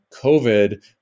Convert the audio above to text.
COVID